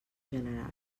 general